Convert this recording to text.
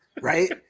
Right